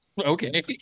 Okay